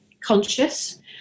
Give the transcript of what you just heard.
conscious